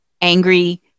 angry